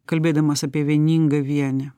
kalbėdamas apie vieningą vienį